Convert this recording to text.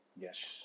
Yes